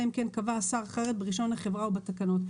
אלא אם כן קבע השר אחרת ברישיון לחברה או בתקנות".